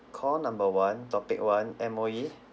call number one topic one M_O_E